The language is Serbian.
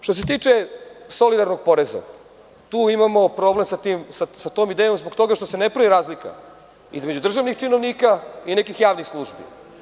Što se tiče solidarnog poreza, tu imamo problem sa tom idejom zbog toga što se ne pravi razlika između državnih činovnika i nekih javnih službi.